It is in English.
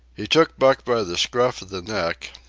he took buck by the scruff of the neck,